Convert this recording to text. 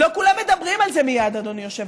לא כולם מדברים על זה מייד, אדוני היושב-ראש,